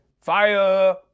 Fire